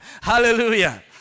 Hallelujah